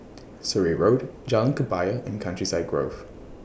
Surrey Road Jalan Kebaya and Countryside Grove